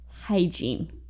Hygiene